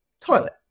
toilet